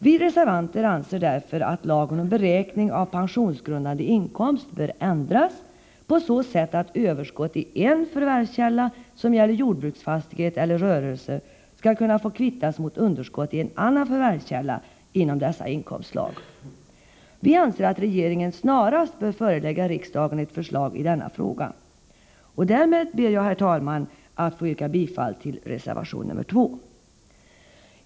Vi reservanter anser därför att lagen om beräkningen av pensionsgrundande inkomst bör ändras på så sätt att överskott i en förvärvskälla som gäller jordbruksfastighet eller rörelse skall kunna få kvittas mot underskott i en annan förvärvskälla inom dessa inkomstslag. Vi anser att regeringen snarast bör förelägga riksdagen ett förslag i denna fråga. Därmed ber jag, herr talman, att få yrka bifall till reservation nr 2.